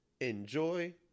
enjoy